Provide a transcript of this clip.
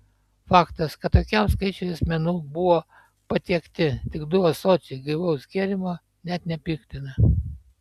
faktas kad tokiam skaičiui asmenų buvo patiekti tik du ąsočiai gaivaus gėrimo net nepiktina